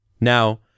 Now